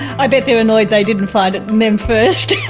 i bet they are annoyed they didn't find it in them first.